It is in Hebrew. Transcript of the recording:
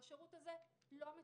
והשירות הזה לא מטופל.